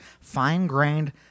fine-grained